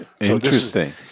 Interesting